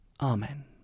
Amen